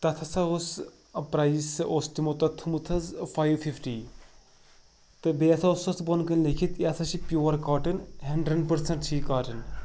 تَتھ ہَسا اوس پرٛایس اوس تِمو تَتھ تھوٚمُت حظ فایِو فِفٹی تہٕ بیٚیہِ ہَسا اوس بۄن کَنۍ لیکھِتھ یہِ ہَسا چھِ پِیوَر کاٹَن ہَٮ۪نٛڈرَنٛڈ پٔرسَنٛٹ چھِ یہِ کاٹَن